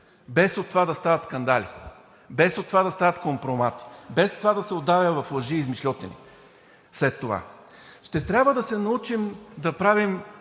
без от това да стават скандали, без от това да стават компромати, без това да се удавя в лъжи и измишльотини след това. Ще трябва да се научим да правим